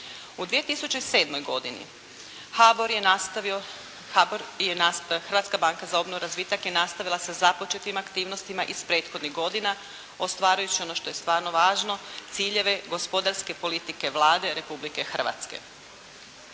U 2007. godini Hrvatska banka za obnovu i razvitak je nastavila sa započetim aktivnostima iz prethodnih godina ostvarujući ono što je stvarno važno, ciljeve gospodarske politike Vlade Republike Hrvatske.